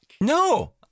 No